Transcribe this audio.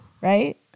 right